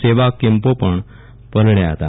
સેવાકેમ્પો પણ પલબ્યા હતા